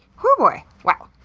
hooooo boy. wow.